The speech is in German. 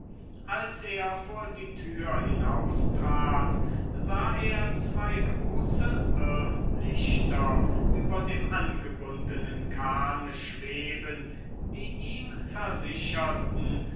als er vor die tür hinaustrat sah er zwei große irrlichter über dem angebundenen kahne schweben die ihm versicherten